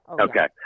Okay